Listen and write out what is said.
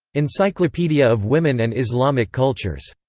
encyclopedia of women and islamic cultures.